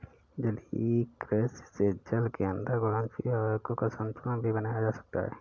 जलीय कृषि से जल के अंदर घुलनशील अवयवों का संतुलन भी बनाया जा सकता है